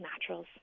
naturals